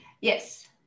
yes